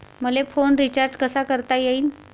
मले phone recharge कसा करता येईन?